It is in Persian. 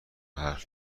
حرف